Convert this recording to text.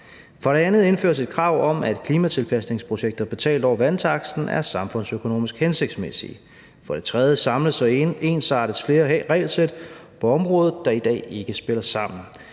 For det andet indføres et krav om, at klimatilpasningsprojekter betalt over vandtaksten er samfundsøkonomisk hensigtsmæssige. For det tredje samles og ensartes flere regelsæt på området, der i dag ikke spiller sammen.